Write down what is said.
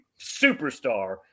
superstar